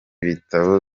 bitabo